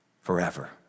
forever